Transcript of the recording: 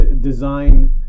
design